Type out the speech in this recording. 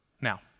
Now